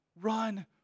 Run